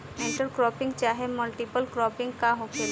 Inter cropping चाहे multiple cropping का होखेला?